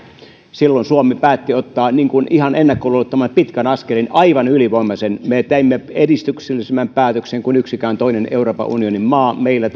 silloin suomi päätti ottaa ihan ennakkoluulottoman aivan ylivoimaisen pitkän askelen me teimme edistyksellisemmän päätöksen kuin yksikään toinen euroopan unionin maa meillä